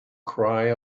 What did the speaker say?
cry